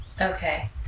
Okay